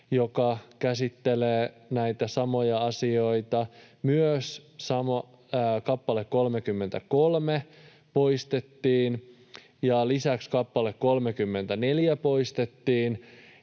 joka käsittelee näitä samoja asioita. Myös kappale 33 poistettiin, ja lisäksi kappale 34 poistettiin,